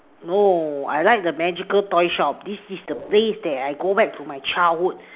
no I like the magical toy shop this is the place that I go back to my childhood